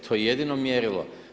To je jedino mjerilo.